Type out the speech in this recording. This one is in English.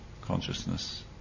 consciousness